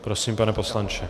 Prosím, pane poslanče.